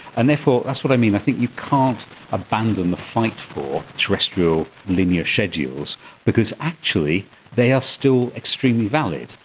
and therefore that's what i mean, i think you can't abandon the fight for terrestrial linear schedules because actually they are still extremely valid.